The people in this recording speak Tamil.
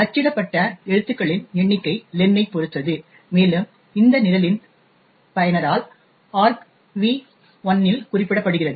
அச்சிடப்பட்ட எழுத்துகளின் எண்ணிக்கை லென்னை பொறுத்தது மேலும் இது இந்த நிரலின் பயனரால் argv1 இல் குறிப்பிடப்படுகிறது